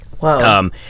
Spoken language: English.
Wow